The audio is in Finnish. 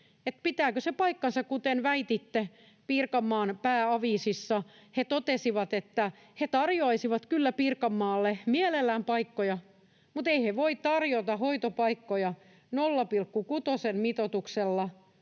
pitääkö se paikkansa, kuten väititte Pirkanmaan pääaviisissa, että he tarjoaisivat kyllä Pirkanmaalle mielellään paikkoja, mutta eivät he voi tarjota hoitopaikkoja 0,6:n mitoituksella